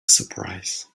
surprise